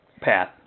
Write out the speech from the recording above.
path